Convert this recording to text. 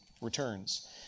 returns